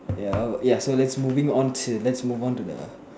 ya ya so lets moving on to lets move on to the